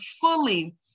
fully